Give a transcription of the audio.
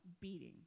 beating